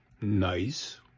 nice